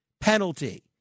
penalty